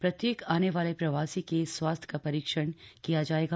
प्रत्येक आने वाले प्रवासी के स्वास्थ्य का परीक्षण किया जाएगा